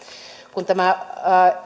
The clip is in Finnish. tämä